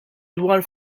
dwar